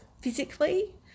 physically